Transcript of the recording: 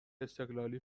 استقلالی